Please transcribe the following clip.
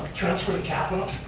transfer the capital